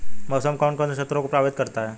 मौसम कौन कौन से क्षेत्रों को प्रभावित करता है?